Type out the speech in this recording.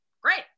Great